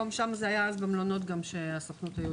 היינו גם במלונות,